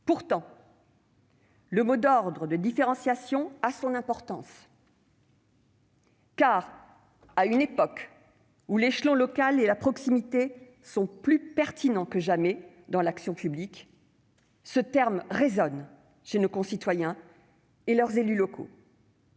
Pourtant, le mot d'ordre de « différenciation » a son importance : à une époque où l'échelon local et la proximité sont plus pertinents que jamais dans l'action publique, ce terme résonne chez nos concitoyens et leurs élus locaux.